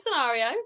scenario